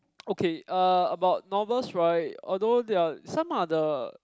okay uh about novels right although there are some are the